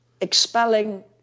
expelling